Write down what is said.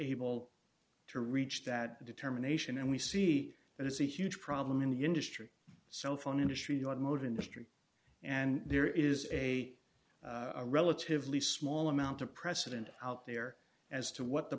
able to reach that determination and we see that as a huge problem in the industry cell phone industry automotive industry and there is a relatively small amount of precedent out there as to what the